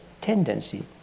tendency